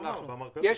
אמרת אמרכלות.